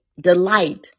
delight